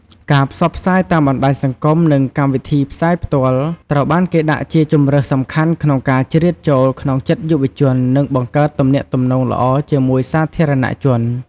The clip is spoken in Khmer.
ការផ្សព្វផ្សាយតាមបណ្តាញសង្គម និងកម្មវិធីផ្សាយផ្ទាល់ ត្រូវបានគេដាក់ជាជម្រើសសំខាន់ក្នុងការជ្រៀតចូលក្នុងចិត្តយុវជន និងបង្កើតទំនាក់ទំនងល្អជាមួយសាធារណជន។